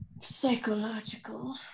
psychological